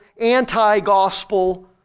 anti-gospel